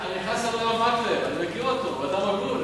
אני חס על הרב מקלב, אני מכיר אותו, הוא אדם הגון.